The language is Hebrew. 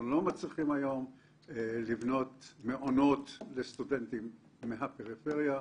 אנחנו לא מצליחים היום לבנות מעונות לסטודנטים מהפריפריה.